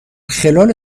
خلال